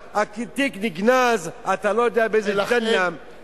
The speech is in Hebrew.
התיק נגנז, אתה לא יודע באיזה ג'יהינום, ולכן?